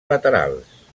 laterals